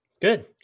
Good